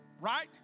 right